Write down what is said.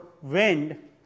wind